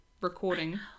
recording